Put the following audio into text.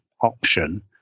option